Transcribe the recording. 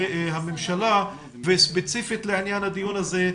הממשלה וספציפית לעניין הדיון הזה.